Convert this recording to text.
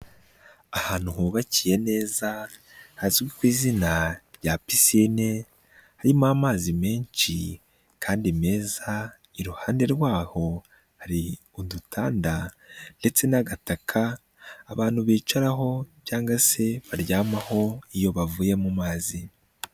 Ahantu hubakiye neza hazwi ku izina rya pisine, harimo amazi menshi kandi meza, iruhande rwaho hari udutanda ndetse n'agataka, abantu bicaraho cyangwa se baryamaho ,iyo bavuye mu mazi.